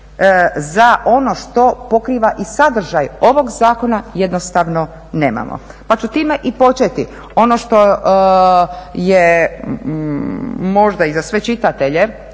za ono što pokriva i sadržaj ovog zakona jednostavno nemamo. Pa ću time i početi ono što je možda i za sve čitatelje